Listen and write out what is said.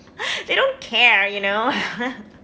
they don't care you know